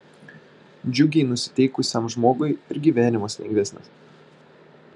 džiugiai nusiteikusiam žmogui ir gyvenimas lengvesnis